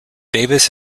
davis